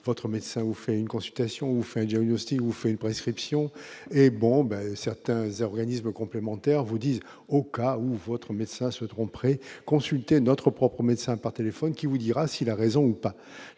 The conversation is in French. votre médecin ou fait une consultation ou enfin, il y a eu hostiles ou fait une prescription et bon ben certains organismes complémentaires vous au cas où votre médecin se tromperaient consultez notre propre médecin par téléphone qui vous dira s'il a raison ou pas,